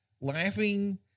laughing